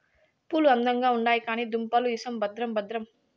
పూలు అందంగా ఉండాయి కానీ దుంపలు ఇసం భద్రం భద్రం